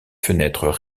fenêtres